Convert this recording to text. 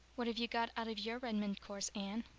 what have you got out of your redmond course, anne?